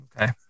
Okay